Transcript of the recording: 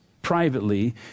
privately